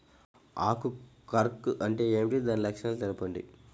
ఆకు కర్ల్ అంటే ఏమిటి? దాని లక్షణాలు ఏమిటి?